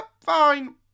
fine